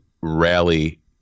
rally